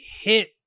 hit